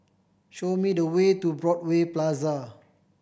show me the way to Broadway Plaza